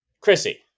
Chrissy